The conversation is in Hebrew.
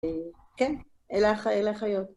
כן, אלה החיות.